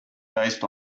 based